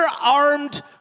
armed